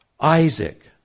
Isaac